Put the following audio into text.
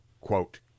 quote